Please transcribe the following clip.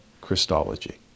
Christology